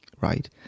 right